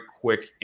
quick